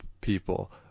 people